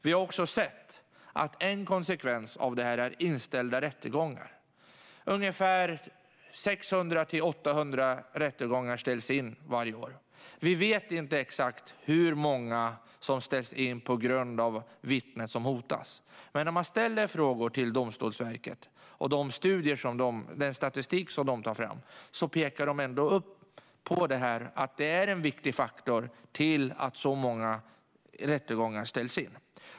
Vi har också sett att en konsekvens av detta är inställda rättegångar. Ungefär 600-800 rättegångar ställs in varje år. Vi vet inte exakt hur många som ställs in på grund av vittnen som hotas. Men Domstolsverket och den statistik som de tar fram pekar på att detta är en viktig faktor för att så många rättegångar ställs in.